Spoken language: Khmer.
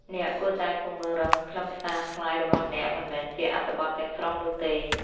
អ្នកគួរតែពង្រឹងខ្លឹមសារស្លាយរបស់អ្នក មិនមែនជាអត្ថបទទាំងស្រុងនោះទេ។